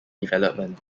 development